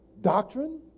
doctrine